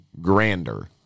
grander